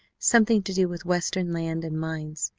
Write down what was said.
something to do with western land and mines.